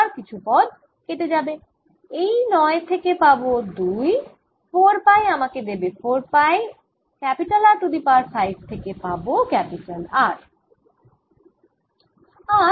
আবার কিছু পদ কেটে যাবে এই নয় থেকে পাবো 2 4 পাই আমাকে দেবে 4 pi R to the power 5 থেকে পাবো R